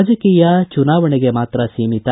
ರಾಜಕೀಯ ಚುನಾವಣೆಗೆ ಮಾತ್ರ ಸೀಮಿತ